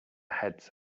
heads